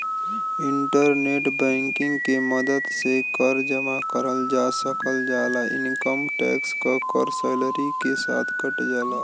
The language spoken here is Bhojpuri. इंटरनेट बैंकिंग के मदद से कर जमा करल जा सकल जाला इनकम टैक्स क कर सैलरी के साथ कट जाला